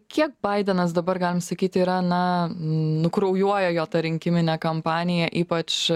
kiek baidenas dabar galim sakyt yra na nukraujuoja jo rinkiminė kampanija ypač